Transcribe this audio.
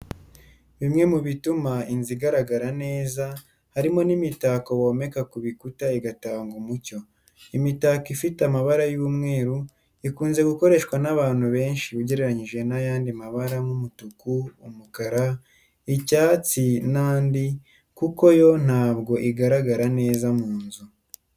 Bimwe mu bituma inzu igaragara neza harimo n'imitako bomeka ku bikuta igatanga umucyo! Imitako ifite amabara y'umweru ikunze kugoreshwa n'abantu benshi ugereranyije n'iy'andi mabara nk'umutuku, umukara, icyatsi n'andi kuko yo ntabwo igaragara neza mu nzu.